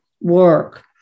work